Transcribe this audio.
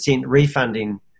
refunding